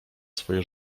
swoje